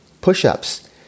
push-ups